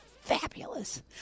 fabulous